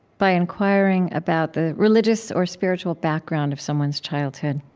by inquiring about the religious or spiritual background of someone's childhood.